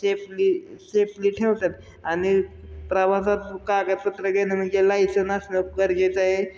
safely safely ठेवतात आणि प्रवासात कागदपत्र घेणं म्हणजे लायसन असणं गरजेचं आहे